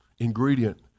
Ingredient